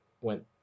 went